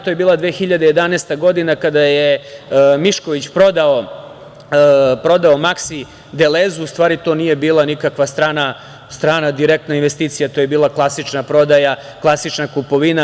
To je bila 2011. godina kada je Mišković prodao „Maksi“ „Delezeu“, u stvari to nije bila nikakva strana direktna investicija, to je bila klasična prodaja, klasična kupovina.